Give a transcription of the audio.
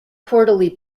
quarterly